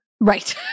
Right